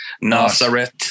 Nazareth